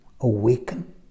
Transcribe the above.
awaken